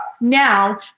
now